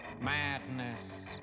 madness